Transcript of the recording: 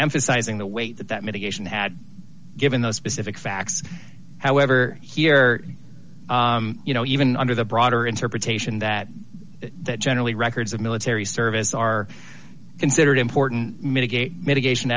emphasizing the weight that mitigation had given those specific facts however here you know even under the broader interpretation that that generally records of military service are considered important mitigate mitigation